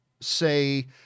say